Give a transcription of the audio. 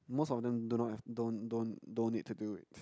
most of them do not have don't don't don't need to do it